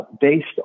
based